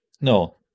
No